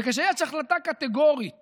וכשיש צריך החלטה קטגורית